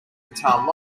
guitar